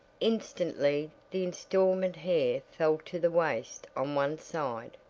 instantly the installment hair fell to the waist on one side,